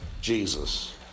Jesus